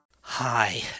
Hi